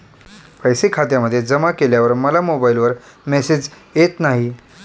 पैसे खात्यामध्ये जमा केल्यावर मला मोबाइलवर मेसेज येत नाही?